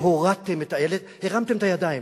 והורדתם את, הרמתם את הידיים.